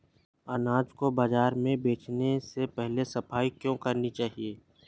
अनाज को बाजार में बेचने से पहले सफाई क्यो करानी चाहिए?